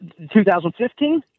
2015